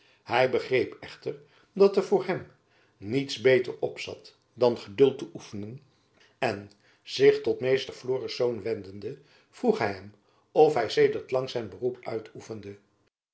hy begreep echter dat er voor hem niets beter op zat dan geduld te oefenen en zich tot meester florisz wendende vroeg hy hem of hy sedert lang zijn beroep uitoefende